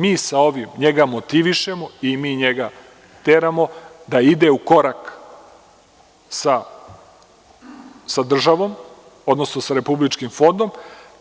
Mi sa ovim njega motivišemo i mi njega teramo da ide u korak sa državom, odnosno sa Republičkim fondom,